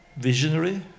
Visionary